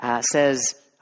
says